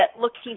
looking